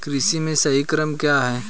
कृषि में सही क्रम क्या है?